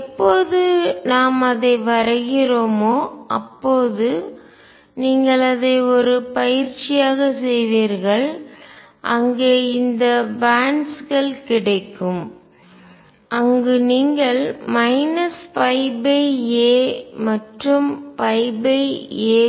எப்போது நாம் அதை வரைகிறோமோ அப்போது நீங்கள் அதை ஒரு பயிற்சியாக செய்வீர்கள் அங்கே இந்த பேன்ட்ஸ்கள் பட்டைகள் கிடைக்கும் அங்கு நீங்கள் a மற்றும் a